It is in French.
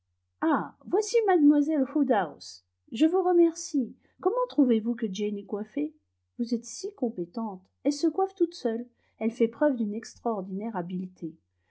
ah voici mlle woodhouse je vous remercie comment trouvez-vous que jane est coiffée vous êtes si compétente elle se coiffe toute seule elle fait preuve d'une extraordinaire habileté